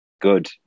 good